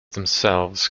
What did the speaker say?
themselves